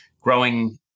growing